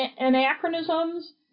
anachronisms